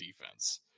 defense